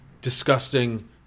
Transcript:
disgusting